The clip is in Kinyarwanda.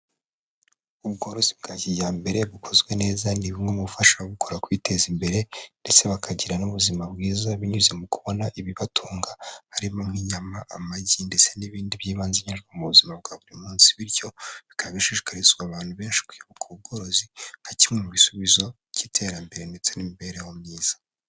Ubworozi bwa kijyambere bukozwe neza, ni bumwe bufasha gukora kwiteza imbere ndetse bakagira n'ubuzima bwiza, binyuze mu kubona ibibatunga harimo nk'inyama, amagi, ndetse n'ibindi by'ibanze nkenerwa mu buzima bwa buri munsi, bityo bikaba bishishikarizwa abantu benshi gukora ubwo bworozi, nka kimwe mu bisubizo by'iterambere ndetse n'imibereho myiza.